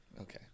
Okay